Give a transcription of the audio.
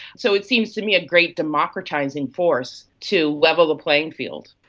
so it seems to me a great democratising force to level the playing field.